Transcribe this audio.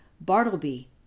bartleby